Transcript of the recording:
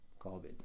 COVID